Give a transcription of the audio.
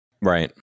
Right